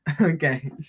okay